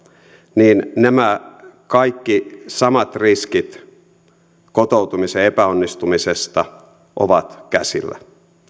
niin nämä kaikki samat riskit kotoutumisen epäonnistumisesta ovat käsillä